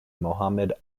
mohammad